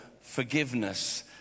forgiveness